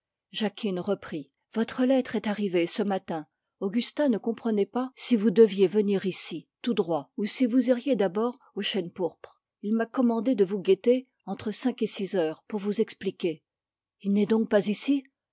jacquine reprit votre lettre est arrivée ce matin augustin ne comprenait pas si vous deviez venir ici tout droit ou si vous iriez d'abord au chêne pourpre il m'a commandé de vous guetter entre cinq et six heures pour vous expliquer il n'est donc pas ici